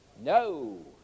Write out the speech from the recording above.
No